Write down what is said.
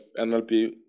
NLP